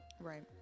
Right